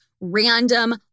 random